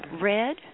Red